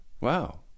Wow